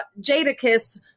Jadakiss